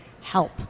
help